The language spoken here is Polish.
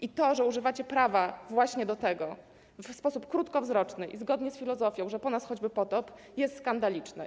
I to, że używacie prawa właśnie do tego, w sposób krótkowzroczny i zgodnie z filozofią, że po nas choćby potop, jest skandaliczne.